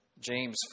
James